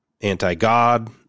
anti-God